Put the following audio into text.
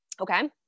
okay